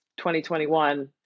2021